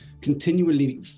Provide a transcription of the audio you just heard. continually